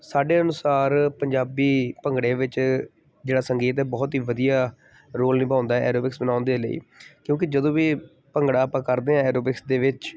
ਸਾਡੇ ਅਨੁਸਾਰ ਪੰਜਾਬੀ ਭੰਗੜੇ ਵਿੱਚ ਜਿਹੜਾ ਸੰਗੀਤ ਹੈ ਬਹੁਤ ਹੀ ਵਧੀਆ ਰੋਲ ਨਿਭਾਉਂਦਾ ਐਰੋਬਿਕਸ ਬਣਾਉਣ ਦੇ ਲਈ ਕਿਉਂਕਿ ਜਦੋਂ ਵੀ ਭੰਗੜਾ ਆਪਾਂ ਕਰਦੇ ਹਾਂ ਐਰੋਬਿਕਸ ਦੇ ਵਿੱਚ